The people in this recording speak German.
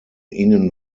ihnen